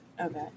Okay